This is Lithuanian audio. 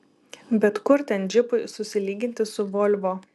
bet kur ten džipui susilyginti su volvo